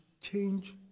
change